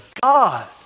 God